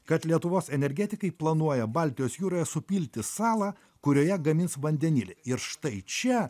kad lietuvos energetikai planuoja baltijos jūroje supilti salą kurioje gamins vandenilį ir štai čia